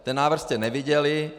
Ten návrh jste neviděli.